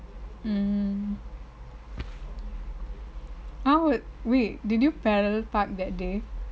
mm ah what wait did you parallel park that day